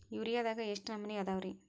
ಯೂರಿಯಾದಾಗ ಎಷ್ಟ ನಮೂನಿ ಅದಾವ್ರೇ?